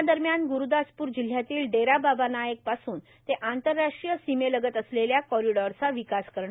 या दरम्यान ग्रुदासप्र जिल्ह्यातील डेरा बाबा नायक पासून ते आंतरराष्ट्रीय सीमेलगत असलेल्या कॉरिडॉरचा विकास करण